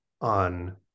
on